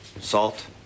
salt